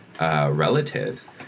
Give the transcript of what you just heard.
relatives